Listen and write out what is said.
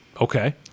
Okay